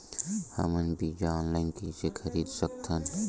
हमन बीजा ऑनलाइन कइसे खरीद सकथन?